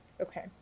okay